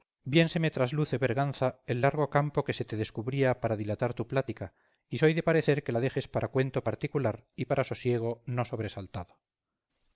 bien se me trasluce berganza el largo campo que se te descubría para dilatar tu plática y soy de parecer que la dejes para cuento particular y para sosiego no sobresaltado